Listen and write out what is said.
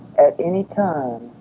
at any time